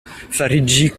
fariĝi